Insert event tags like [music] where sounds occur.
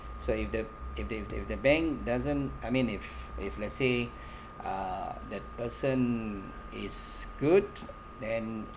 so if the if the if the bank doesn't I mean if if let's say [breath] uh that person is good then